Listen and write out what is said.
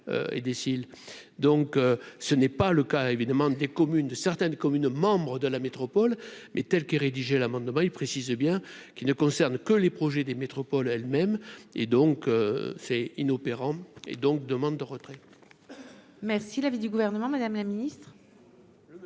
donc ce n'est pas le cas évidemment des communes de certaines communes membres de la métropole, mais telle que rédigée l'amendement il précise bien qu'il ne concerne que les projets des métropoles elles-mêmes et donc c'est inopérant et donc demande de retrait.